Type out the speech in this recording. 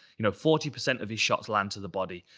you know, forty percent of his shots land to the body.